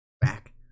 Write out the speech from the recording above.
Back